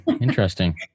Interesting